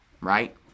right